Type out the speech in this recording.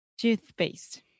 Toothpaste